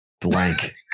blank